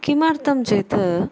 किमर्थं चेत्